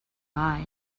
pride